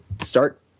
start